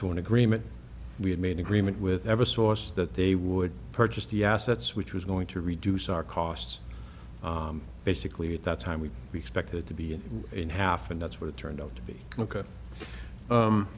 to an agreement we had made agreement with ever source that they would purchase the assets which was going to reduce our costs basically at that time we expected to be in half and that's what it turned out to be ok